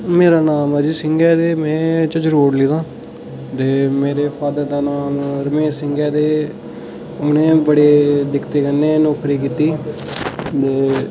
मेरा नांऽ अजय सिंह ऐ ते में झज्जर कोटली दा ते मेरे फादर दा नांऽ रमेश सिंह ऐ ते उ'नें बड़े दिक्कतें कन्नै नौकरी कीती ते